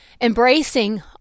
embracing